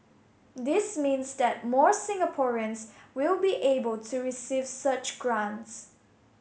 this means that more Singaporeans will be able to receive such grants